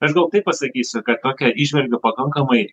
aš gal taip pasakysiu kad tokią įžvelgiu pakankamai